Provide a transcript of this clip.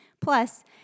Plus